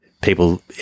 People